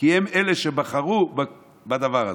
כי הם אלה שבחרו בדבר הזה.